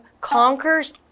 conquers